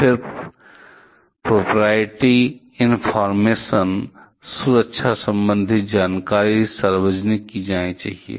फिर proprietary information सुरक्षा संबंधी जानकारी सार्वजनिक की जानी चाहिए